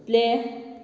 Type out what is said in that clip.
play